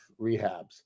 rehabs